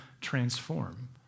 transform